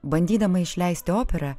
bandydama išleisti operą